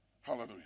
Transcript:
Hallelujah